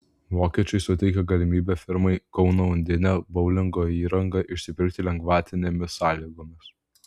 vokiečiai suteikė galimybę firmai kauno undinė boulingo įrangą išsipirkti lengvatinėmis sąlygomis